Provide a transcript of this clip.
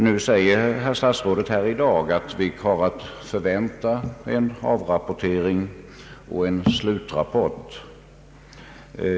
Statsrådet säger här i dag att vi har att förvänta en avrapportering och en slutrapport.